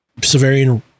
Severian